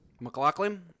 McLaughlin